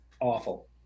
awful